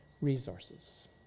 resources